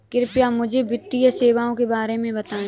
कृपया मुझे वित्तीय सेवाओं के बारे में बताएँ?